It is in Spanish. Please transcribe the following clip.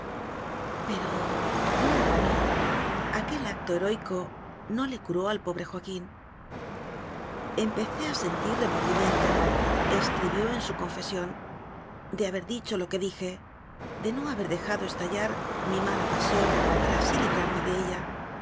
pero no no aquel acto heroico no le curó al pobre joaquín empecé a sentir remordimientoescri b ió en su confesiónde haber dicho lo que dije de no haber dejado estallar mi mala pasión para así librarme de ella